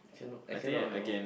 cannot I cannot you know